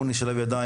אני אומר לכם,